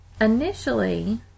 Initially